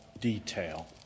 detail